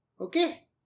Okay